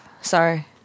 Sorry